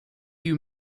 you